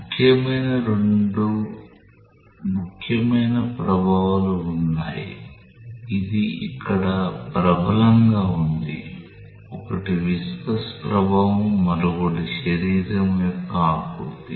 ముఖ్యమైన రెండు ముఖ్యమైన ప్రభావాలు ఉన్నాయి ఇది ఇక్కడ ప్రబలంగా ఉంది ఒకటి విస్కాస్ ప్రభావం మరొకటి శరీరం యొక్క ఆకృతి